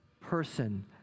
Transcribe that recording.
person